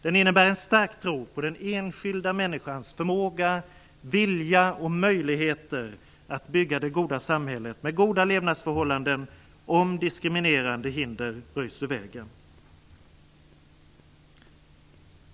Den innebär en stark tro på den enskilda människans förmåga, vilja och möjligheter att bygga det goda samhället med goda levnadsförhållanden om diskriminerande hinder röjs ur vägen.